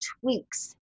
tweaks